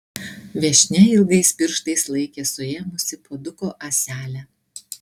viešnia ilgais pirštais laikė suėmusi puoduko ąselę